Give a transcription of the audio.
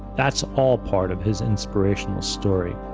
that's all part of his inspirational story.